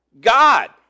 God